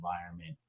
environment